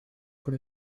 pour